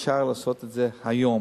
אפשר לעשות את זה היום.